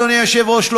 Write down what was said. אדוני היושב-ראש,